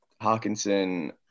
Hawkinson